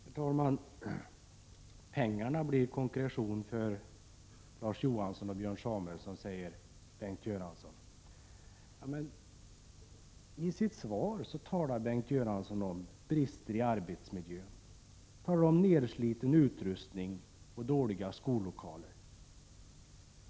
Herr talman! Pengarna blir konkretion för Larz Johansson och Björn Samuelson, säger Bengt Göransson. I sitt svar talar Bengt Göransson om brister i arbetsmiljön, nedsliten utrustning och dåliga skollokaler.